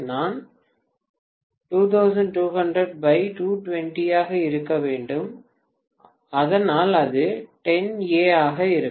நான் 2200220 ஆக இருக்க வேண்டும் அதனால் அது 10 A ஆக இருக்கும்